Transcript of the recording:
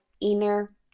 inner